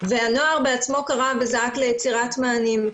והנוער בעצמו קרא וזעק ליצירת מענים.